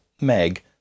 Meg